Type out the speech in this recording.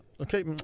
Okay